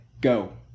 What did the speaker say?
go